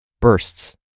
bursts